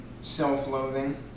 self-loathing